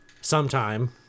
sometime